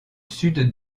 sud